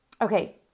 Okay